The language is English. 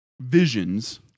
visions